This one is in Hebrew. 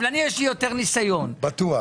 אבל אני יש לי יותר ניסיון בטוח.